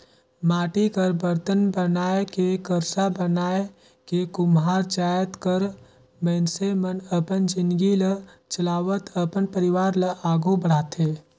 माटी कर बरतन बनाए के करसा बनाए के कुम्हार जाएत कर मइनसे मन अपन जिनगी ल चलावत अपन परिवार ल आघु बढ़ाथे